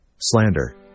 slander